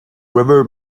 river